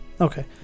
Okay